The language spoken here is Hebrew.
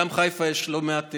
גם בחיפה יש לא מעט